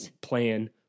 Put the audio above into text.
plan